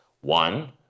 One